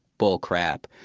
bullcrap.